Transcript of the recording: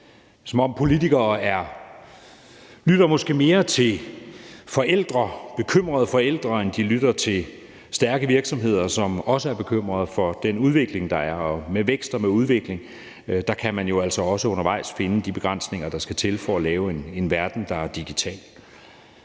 som om politikere måske lytter mere til bekymrede forældre, end de lytter til stærke virksomheder, som også er bekymrede for den udvikling, der er. Med vækst og med udvikling kan man jo altså også undervejs finde de begrænsninger, der skal til for at lave en verden, der er digital.